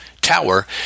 tower